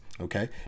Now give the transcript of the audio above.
Okay